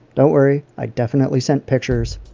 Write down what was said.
don't worry, i definitely sent pictures.